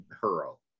hurl